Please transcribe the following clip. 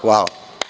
Hvala.